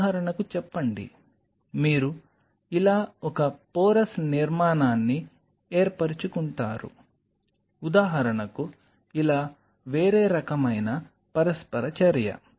ఉదాహరణకు చెప్పండి మీరు ఇలా ఒక పోరస్ నిర్మాణాన్ని ఏర్పరుచుకుంటారు ఉదాహరణకు ఇలా వేరే రకమైన పరస్పర చర్య